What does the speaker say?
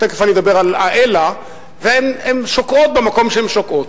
תיכף אני אדבר על ה"אלא" והן שוקעות במקום שהן שוקעות.